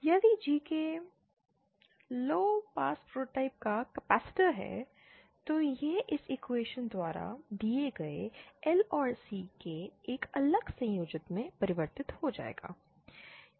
यदि GK lowpass prototype का capacitor है तो यह इस इक्वेशन द्वारा दिए गए L और C के एक अलग संयोजन में परिवर्तित हो जाएगा